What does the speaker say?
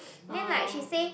then like she say